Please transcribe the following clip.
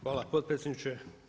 Hvala potpredsjedniče.